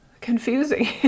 confusing